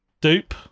Dupe